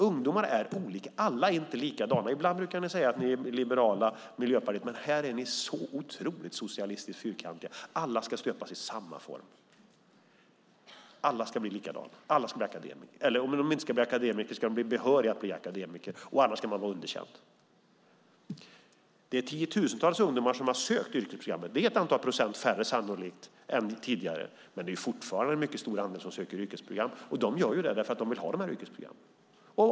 Ungdomar är inte likadana. Ibland brukar ni miljöpartister säga att ni är liberala. Men här är ni så otroligt socialistiskt fyrkantiga. Alla ska stöpas i samma form. Alla ska bli likadana. Alla ska bli akademiker. Om de inte ska bli akademiker ska de bli behöriga att bli akademiker, annars ska de vara underkända. Det är tiotusentals ungdomar som har sökt yrkesprogrammen. Det är sannolikt ett antal procent färre än tidigare. Men det är fortfarande en mycket stor andel som söker yrkesprogram. De gör det för att de vill ha yrkesprogrammen.